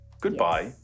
goodbye